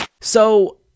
So-